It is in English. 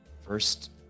first